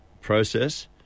process